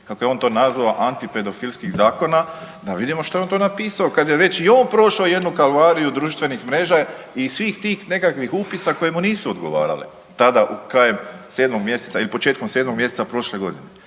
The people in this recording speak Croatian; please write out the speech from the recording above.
kako je on to nazvao antipedofilskih zakona, da vidimo što je on to napisao kad je već i on prošao jednu kalvariju društvenih mreža i svih tih nekakvih upisa koje mu nisu odgovarale tada krajem 7 mjeseca ili početkom 7 mjeseca prošle godine.